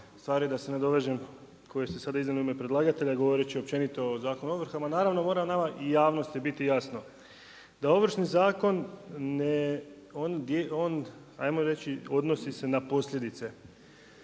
stvari da se nadovežem koje ste sada iznijeli u ime predlagatelj govoreći općenito o Zakonu o ovrhama. Naravno mora nama i javnosti biti jasno da Ovršni zakon on ajmo reći odnosi se na posljedice,